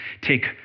take